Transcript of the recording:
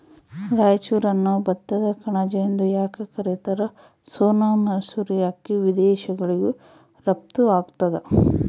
ರಾಯಚೂರನ್ನು ಭತ್ತದ ಕಣಜ ಎಂದು ಯಾಕ ಕರಿತಾರ? ಸೋನಾ ಮಸೂರಿ ಅಕ್ಕಿ ವಿದೇಶಗಳಿಗೂ ರಫ್ತು ಆಗ್ತದ